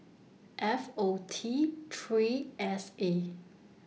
F O T three S A